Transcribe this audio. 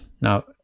Now